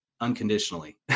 unconditionally